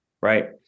right